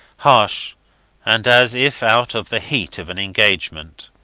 harsh and as if out of the heat of an engagement.